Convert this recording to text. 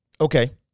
Okay